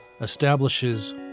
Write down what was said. establishes